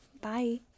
Bye